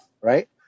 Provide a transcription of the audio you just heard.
right